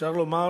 אפשר לומר